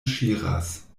ŝiras